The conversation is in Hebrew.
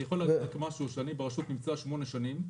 אני נמצא ברשות כבר שמונה שנים,